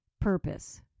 purpose